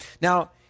Now